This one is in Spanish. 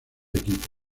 equipo